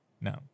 No